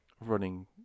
running